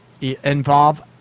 Involve